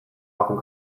often